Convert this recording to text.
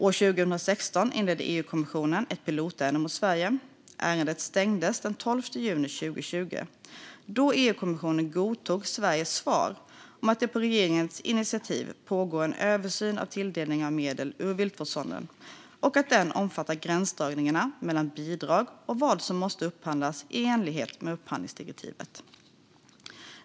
År 2016 inledde EU-kommissionen ett pilotärende mot Sverige. Ärendet stängdes den 12 juni 2020 då EU-kommissionen godtog Sveriges svar om att det på regeringens initiativ pågår en översyn av tilldelningen av medel ur Viltvårdsfonden och att den omfattar gränsdragningen mellan bidrag och vad som måste upphandlas i enlighet med upphandlingsdirektivet.